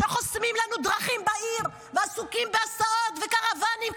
שחוסמים לנו דרכים בעיר ועסוקים בהסעות וקרוואנים,